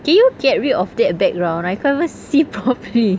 can you get rid of that background I cannot even see properly